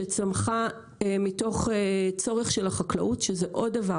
שצמחה מתוך צורך של החקלאות, שזה עוד דבר.